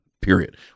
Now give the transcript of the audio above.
period